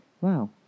wow